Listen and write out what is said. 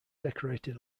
decorated